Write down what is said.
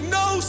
no